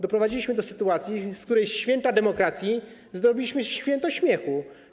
Doprowadziliśmy do sytuacji, w której ze święta demokracji zrobiliśmy święto śmiechu.